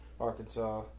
Arkansas